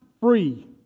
free